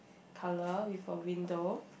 colour with a window